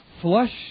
Flush